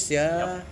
yup